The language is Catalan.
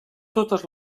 totes